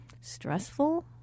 stressful